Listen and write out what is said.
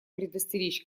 предостеречь